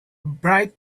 bright